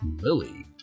Lily